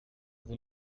vous